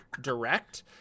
direct